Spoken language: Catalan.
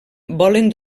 volen